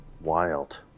Wild